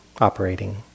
operating